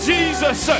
Jesus